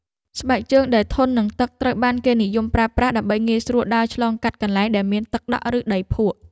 ស្បែកជើងដែលធន់នឹងទឹកត្រូវបានគេនិយមប្រើប្រាស់ដើម្បីងាយស្រួលដើរឆ្លងកាត់កន្លែងដែលមានទឹកដក់ ឬដីភក់។